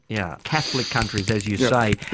yeah catholic countries as you say.